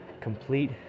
complete